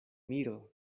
miro